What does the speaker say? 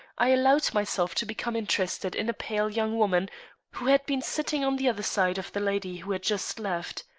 i allowed myself to become interested in a pale young woman who had been sitting on the other side of the lady who had just left.